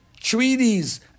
treaties